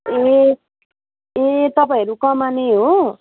ए ए तपाईँहरू कमाने हो